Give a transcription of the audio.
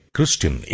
Christian